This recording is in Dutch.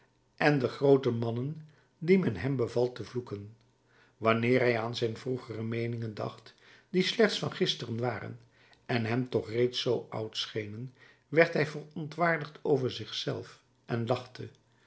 en de groote mannen die men hem beval te vloeken wanneer hij aan zijn vroegere meeningen dacht die slechts van gisteren waren en hem toch reeds zoo oud schenen werd hij verontwaardigd over zich zelf en lachte